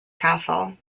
castle